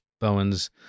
Bowen's